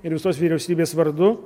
ir visos vyriausybės vardu